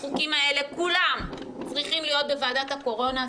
החוקים האלה כולם צריכים להיות בוועדת הקורונה.